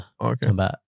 Okay